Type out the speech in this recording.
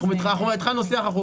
כן, אנחנו התחלנו שיח.